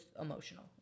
emotional